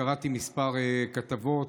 קראתי כמה כתבות,